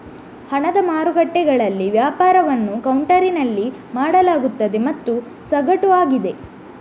ಹಣದ ಮಾರುಕಟ್ಟೆಗಳಲ್ಲಿ ವ್ಯಾಪಾರವನ್ನು ಕೌಂಟರಿನಲ್ಲಿ ಮಾಡಲಾಗುತ್ತದೆ ಮತ್ತು ಸಗಟು ಆಗಿದೆ